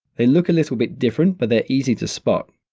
they look a little bit different but they're easy to spot.